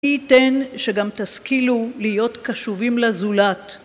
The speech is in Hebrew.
מי יתן שגם תשכילו להיות קשובים לזולת.